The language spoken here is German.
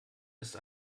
ist